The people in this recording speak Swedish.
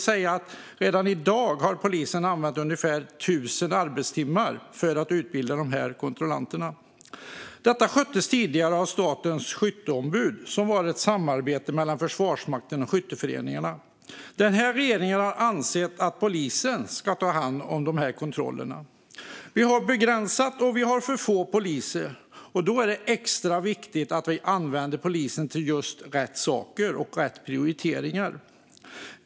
Redan i dag har polisen alltså använt ungefär 1 000 arbetstimmar för att utbilda dessa kontrollanter. Detta sköttes tidigare av Statens skytteombud, som var ett samarbete mellan Försvarsmakten och skytteföreningarna. Den här regeringen har ansett att polisen ska ta hand om dessa kontroller. Vi har begränsningar och för få poliser, och då är det extra viktigt att vi använder polisen till rätt saker och gör rätt prioriteringar.